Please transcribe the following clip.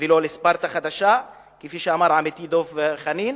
ולא לספרטה חדשה, כפי שאמר עמיתי דב חנין.